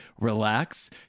relax